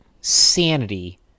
sanity